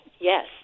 yes